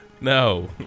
No